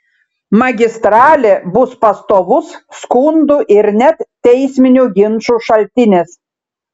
magistralė bus pastovus skundų ir net teisminių ginčų šaltinis